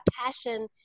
passion